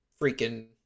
freaking